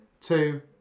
two